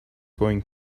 going